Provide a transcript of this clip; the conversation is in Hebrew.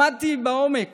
למדתי לעומק